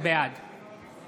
בעד